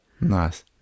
Nice